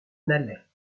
n’allait